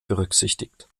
berücksichtigt